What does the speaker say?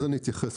אני אתייחס.